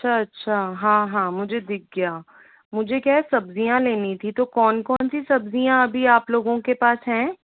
अच्छा अच्छा हाँ हाँ मुझे दिख गया मुझे क्या है सब्ज़ियां लेनी थी तो कौन कौन सी सब्ज़ियां अभी आप लोगों के पास हैं